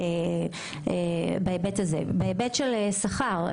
בהיבט של שכר,